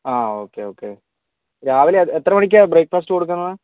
ആഹ് okay okay രാവിലെ എത്ര മണിക്കാണ് ബ്രേക്ക്ഫാസ്റ്റ് കൊടുക്കുന്നത്